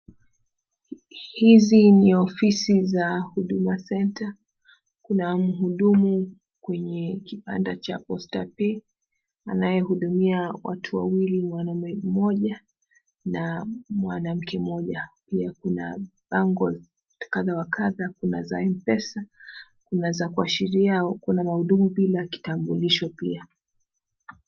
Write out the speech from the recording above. Hizi ni ofisi za Huduma Centre. Kuna mhudumu kwenye kibanda cha Posta Pay anayehudumia watu wawili mwanamume mmoja na mwanamke mmoja. Pia kuna bango kadha wa kadha. Kuna za Mpesa, kuna za kuashiria kuna mahudumu bila kitambulisho pia.